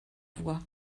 voix